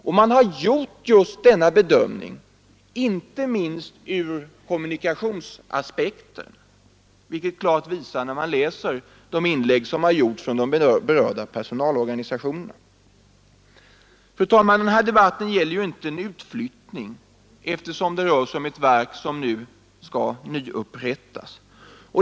Att man har gjort denna bedömning inte minst med tanke på kommunikationsaspekterna framgår klart vid läsningen av de inlägg som har gjorts från de berörda personalorganisationerna. Fru talman! Den här debatten gäller ju inte någon utflyttning, eftersom det rör sig om ett verk som skall nyupprättas.